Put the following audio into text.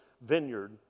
vineyard